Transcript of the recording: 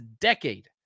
decade